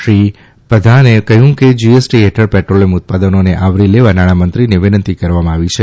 શ્રી પ્રધાને કહ્યું કે જીએસટી હેઠળ પેદ્રોલિયમ ઉત્પાદનોને આવરી લેવા નાણામંત્રીને વિનંતી કરવામાં આવી છે